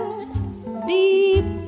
Deep